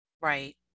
Right